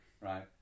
Right